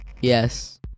Yes